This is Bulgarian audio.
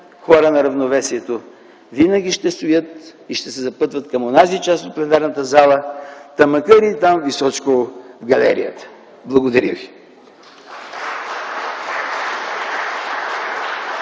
хора на равновесието, винаги ще стоят и ще се запътват към онази част от пленарната зала, та макар и там височко в галерията. Благодаря ви.